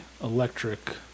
electric